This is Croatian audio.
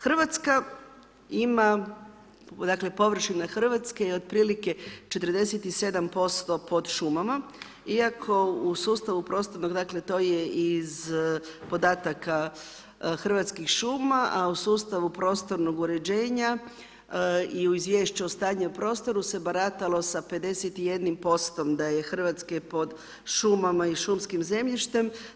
Hrvatska ima dakle površina Hrvatske je otprilike 47% pod šumama, iako u sustavu prostornog, to je iz podataka Hrvatskih šuma, a u sustavu prostornog uređenja i u izvješću o stanju o prostoru se baratalo sa 51% da je Hrvatske pod šumama i šumskih zemljištem.